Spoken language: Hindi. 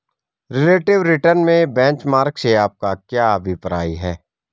रिलेटिव रिटर्न में बेंचमार्क से आपका क्या अभिप्राय है?